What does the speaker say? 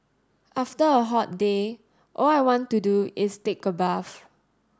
after a hot day all I want to do is take a bath